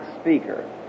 speaker